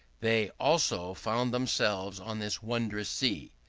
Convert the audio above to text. they also found themselves on this wondrous sea.